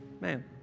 man